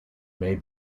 may